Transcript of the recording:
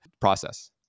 process